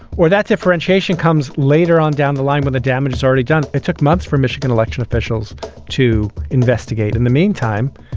or that differentiation comes later on down the line when the damage is already done. it took months for michigan election officials to investigate. in the meantime,